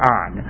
on